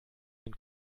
den